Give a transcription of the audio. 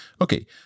Okay